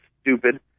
stupid